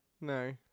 No